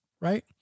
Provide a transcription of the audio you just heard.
right